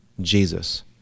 Jesus